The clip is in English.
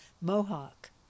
mohawk